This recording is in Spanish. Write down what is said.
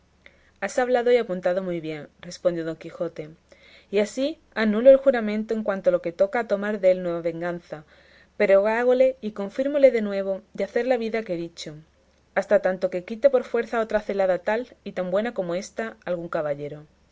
has hablado y apuntado muy bien respondió don quijote y así anulo el juramento en cuanto lo que toca a tomar dél nueva venganza pero hágole y confírmole de nuevo de hacer la vida que he dicho hasta tanto que quite por fuerza otra celada tal y tan buena como ésta a algún caballero